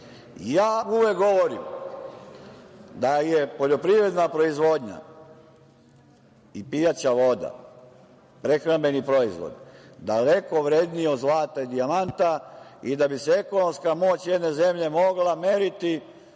uvek govorim da su poljoprivredna proizvodnja i pijaća voda prehrambeni proizvod daleko vredniji od zlata i dijamanta i da bi se ekonomska moć jedne zemlje mogla meriti